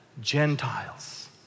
Gentiles